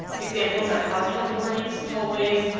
examples are housing authorities, tollways,